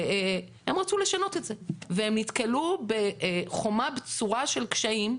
הם רצו לשנות את זה והם נתקלו בחומה בצורה של קשיים.